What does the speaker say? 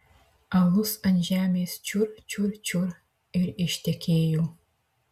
alus ant žemės čiur čiur čiur ir ištekėjo